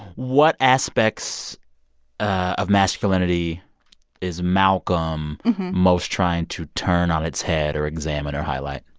what aspects of masculinity is malcolm most trying to turn on its head or examine or highlight?